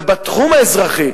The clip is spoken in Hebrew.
ובתחום האזרחי,